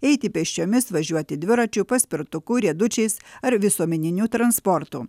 eiti pėsčiomis važiuoti dviračiu paspirtuku riedučiais ar visuomeniniu transportu